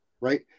Right